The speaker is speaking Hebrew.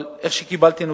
אבל לפי הנתונים שקיבלתי,